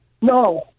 No